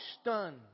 stunned